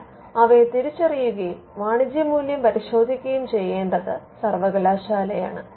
എന്നാൽ അവയെ തിരിച്ചറിയുകയും വാണിജ്യമൂല്യം പരിശോധിക്കുകയും ചെയ്യണ്ടത് സർവകലാശാലയാണ്